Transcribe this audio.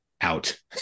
out